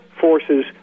forces